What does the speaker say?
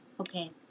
Okay